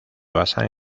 basan